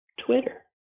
Twitter